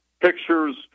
pictures